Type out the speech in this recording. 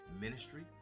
ministry